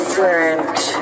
Different